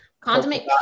Condiment